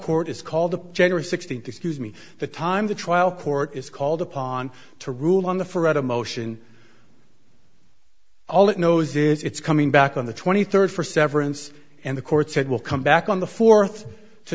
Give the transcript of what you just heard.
court is called the general sixteenth excuse me the time the trial court is called upon to rule on the for at a motion all it knows is it's coming back on the twenty third for severance and the court said will come back on the fourth to